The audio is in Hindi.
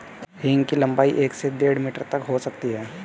हींग की लंबाई एक से डेढ़ मीटर तक हो सकती है